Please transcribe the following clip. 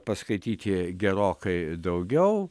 paskaityti gerokai daugiau